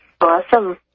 Awesome